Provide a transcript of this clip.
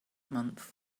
month